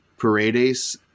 Paredes